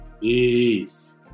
Peace